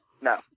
no